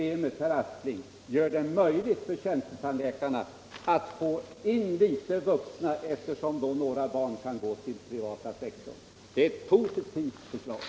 Med utskottets förslag, herr 0 Aspling, blir det möjligt för tjänstetandläkarna att få in litet vuxna, efter — Vissa tandvårdsfråsom några barn då kan gå till den privata sektorn. Det är ett positivt — 80r förslag.